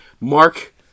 Mark